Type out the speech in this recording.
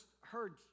heard